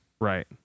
right